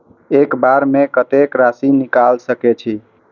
एक बार में कतेक राशि निकाल सकेछी?